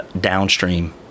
downstream